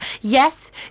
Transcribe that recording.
Yes